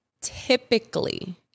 typically